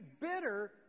bitter